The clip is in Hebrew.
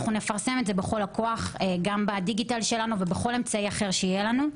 אנחנו נפרסם את זה בכל הכוח גם בדיגיטל שלנו ובכל אמצעי אחר שיהיה לנו.